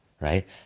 right